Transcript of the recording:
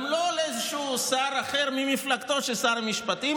גם לא לאיזשהו שר אחר ממפלגתו של שר המשפטים.